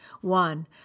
One